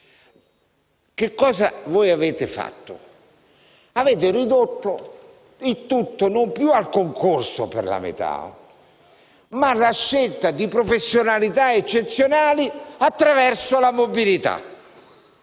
che cosa avete fatto? Avete ridotto il tutto non più al concorso per la metà, ma la scelta di professionalità eccezionali avviene attraverso la mobilità.